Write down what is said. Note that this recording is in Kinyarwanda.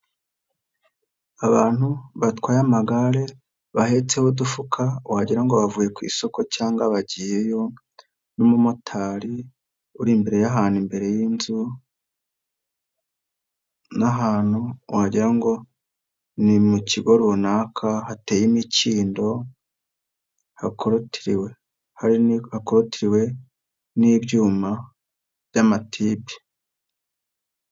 Ubantu batwaye amagare bahetseho udufuka; wagira ngo bavuye ku isoko cyangwa bagiyeyo n'umumotari uri imbere y'ahantu imbere y'inzu n'ahantu wagira ngo ni mu kigo runaka hateye imikindo hakolotiriwe n'ibyuma by'amatibe.